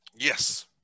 Yes